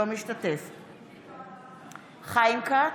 אינו משתתף בהצבעה חיים כץ,